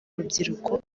rubyiruko